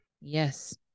Yes